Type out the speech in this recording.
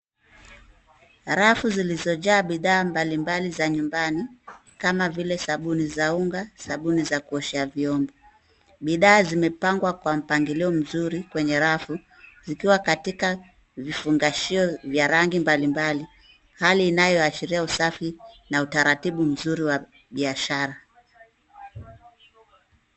Rafu zilizojaa bidhaa mbalimbali za nyumbani kama vile sabuni za unga, sabuni za kuoshea vyombo. Bidhaa zimepangwa kwa mpangilio mzuri kwenye rafu zikiwa katika vifungashio vya rangi mbalimbali hali inayoashiria usafi na utaratibu mzuri wa biashara.